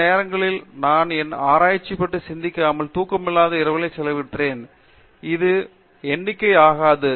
சில நேரங்களில் நான் என் ஆராய்ச்சி பற்றி சிந்திக்காமல் தூக்கமில்லாத இரவுகளை செலவிடுகிறேன் இது எண்ணிக்கை ஆகாது